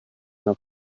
nach